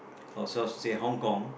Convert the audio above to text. ourselves to say Hong-Kong